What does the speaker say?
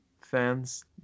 fans